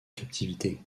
captivité